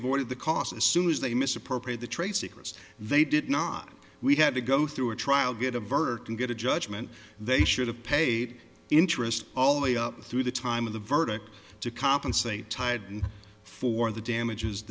avoided the cost as soon as they misappropriate the trade secrets they did not we had to go through a trial get a verdict and get a judgment they should have paid interest all the way up through the time of the verdict to compensate tide for the damages